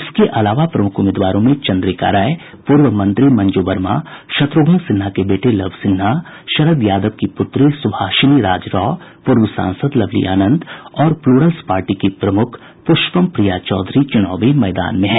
इसके अलावा प्रमुख उम्मीदवारों में चन्द्रिका राय पूर्व मंत्री मंजू वर्मा शत्रुघ्न सिन्हा के बेटे लव सिन्हा शरद यादव की पूत्री सुभाषिनी राज राव पूर्व सांसद लवली आनंद और प्लूरल्स पार्टी की प्रमुख पुष्पम प्रिया चौधरी चुनावी मैदान में है